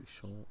short